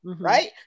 Right